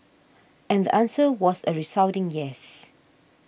and the answer was a resounding yes